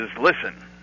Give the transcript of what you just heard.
listen